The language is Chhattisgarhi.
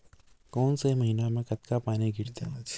कोन से महीना म कतका पानी गिरथे?